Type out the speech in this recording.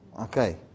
okay